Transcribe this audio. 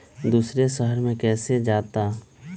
दूसरे शहर मे कैसे जाता?